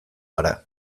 gara